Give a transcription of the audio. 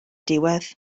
diwedd